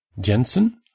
Jensen